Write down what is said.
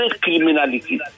criminality